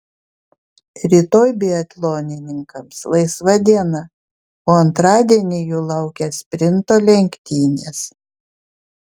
rytoj biatlonininkams laisva diena o antradienį jų laukia sprinto lenktynės